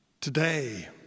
today